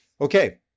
okay